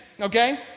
okay